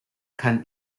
kann